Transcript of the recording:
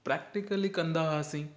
practically कंदा हुआसीं